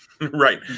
Right